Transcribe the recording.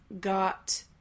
got